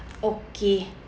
okay